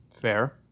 Fair